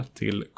till